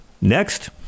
Next